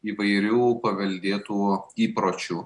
įvairių paveldėtų įpročių